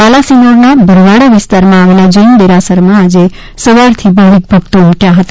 બાલાસિનોરના ભરવાડા વિસ્તારમાં આવેલા જૈન દેરાસરમાં આજે સવારથી ભાવિક ભકતો ઉમટયા હતા